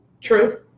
True